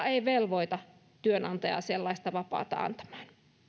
ei velvoita työnantajaa sellaista vapaata antamaan